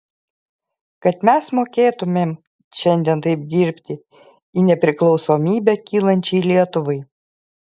kad mes mokėtumėm šiandien taip dirbti į nepriklausomybę kylančiai lietuvai